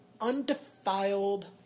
Undefiled